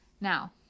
Now